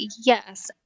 yes